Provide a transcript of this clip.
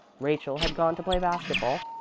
rachel had gone to play basket-ball,